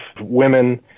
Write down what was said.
women